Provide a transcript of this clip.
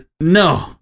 no